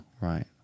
Right